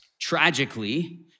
Tragically